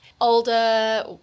older